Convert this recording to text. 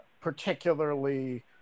particularly